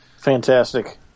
Fantastic